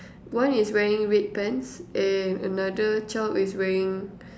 one is wearing red pants and another child is wearing